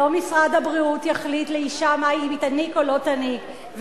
לא משרד הבריאות יחליט לאשה אם היא תיניק או לא תיניק,